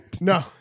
No